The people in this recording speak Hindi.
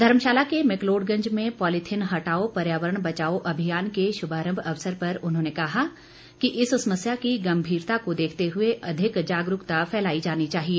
धर्मशाला के मैकलोडगंज में पोलिथीन हटाओ पर्यावरण बचाओ अभियान के शुभारंभ अवसर पर उन्होंने कहा कि इस समस्या की गंभीरता को देखते हुए अधिक जागरूकता फैलाई जानी चाहिए